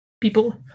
people